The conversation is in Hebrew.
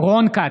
רון כץ,